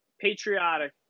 patriotic